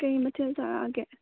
ꯀꯔꯤ ꯃꯊꯦꯜ ꯆꯥꯔꯛꯑꯒꯦ